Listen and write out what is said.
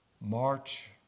march